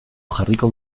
jarriko